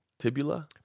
Tibula